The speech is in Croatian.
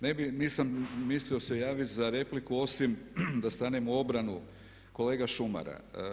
Ne bih, nisam mislio se javit za repliku osim da stanem u obranu kolega šumara.